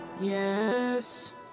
Yes